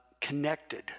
connected